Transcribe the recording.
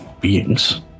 beings